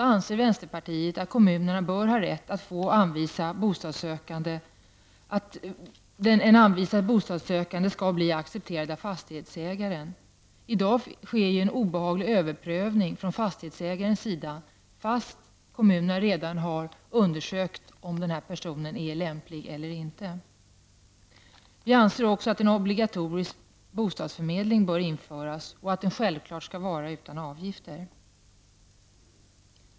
Vänsterpartiet anser att kommunerna bör ha rätt att kräva att få anvisade bostadssökande accepterade av fastighetsägaren. I dag sker en obehaglig överprövning från fastighetsägarens sida, trots att kommunerna redan har undersökt om den anvisade personen är lämplig eller inte. Vi anser också att en obligatorisk bostadsförmedling bör införas och att bostadsförmedlingen självfallet skall vara avgiftsfri.